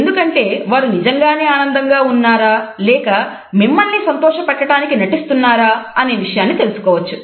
ఎందుకంటే వారు నిజంగానే ఆనందంగా ఉన్నారా లేక మిమ్మల్ని సంతోష పెట్టడానికి నటిస్తున్నారా అనే విషయాన్ని తెలుసుకోవచ్చు